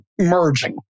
merging